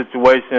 situation